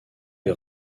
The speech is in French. est